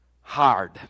hard